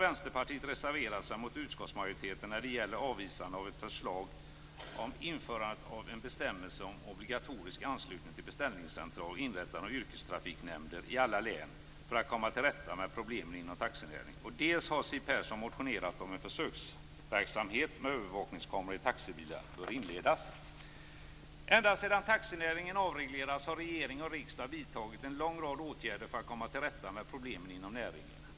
Vänsterpartiet har reserverat sig mot utskottsmajoriteten när det gäller avvisande av förslag om införande av en bestämmelse om obligatorisk anslutning till beställningscentral och inrättande av yrkestrafiknämnder i alla län för att komma till rätta med problemen inom taxinäringen. Dessutom har Siw Persson motionerat om att en försöksverksamhet med övervakningskameror i taxibilar bör inledas. Ända sedan taxinäringen avreglerades har regering och riksdag vidtagit en lång rad åtgärder för att komma till rätta med problemen inom näringen.